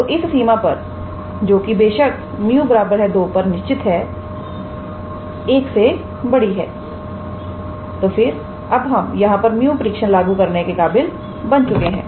तो इस सीमा पर जो कि बेशक 𝜇 2 पर निश्चित है 1 से बड़ी है तो फिर अब हम यहां पर 𝜇 परीक्षण𝜇 test लागू करने के काबिल बन चुके हैं